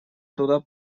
туда